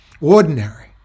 ordinary